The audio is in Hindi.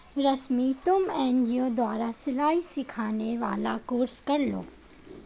रश्मि तुम एन.जी.ओ द्वारा सिलाई सिखाने वाला कोर्स कर लो